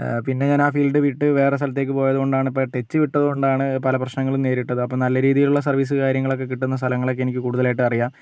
പിന്നെ ഞാനാ ഫീൽഡ് വിട്ട് വേറെ സ്ഥലത്തേക്ക് പോയത്കൊണ്ടാണ് ഇപ്പം ടച്ച് വിട്ടതുകൊണ്ടാണ് പല പ്രശ്നങ്ങളും നേരിട്ടത് അപ്പം നല്ല രീതിയിലുള്ള സർവീസ് കാര്യങ്ങളൊക്കെ കിട്ടുന്ന സ്ഥലങ്ങളൊക്കെ എനിക്ക് കൂടുതലായിട്ടറിയാം